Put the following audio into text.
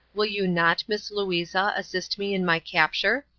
will you not, miss louisa, assist me in my capture?